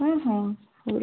ହଁ ହଁ ହଉ